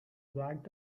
black